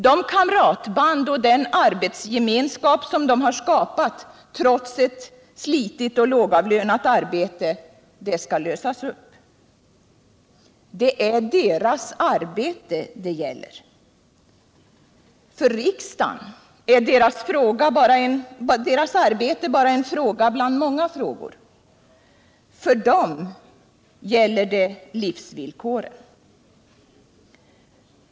De kamratband och den arbetsgemenskap som de har skapat trots ett slitigt och lågavlönat arbete skall lösas upp. Det är deras arbete det gäller. För riksdagen är deras arbete bara en fråga bland många. För dem gäller det livsvillkoren.